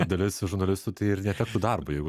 dalis žurnalistų tai ir netektų darbo jeigu